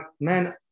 man